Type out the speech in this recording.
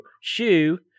Shoe